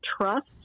trust